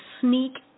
sneak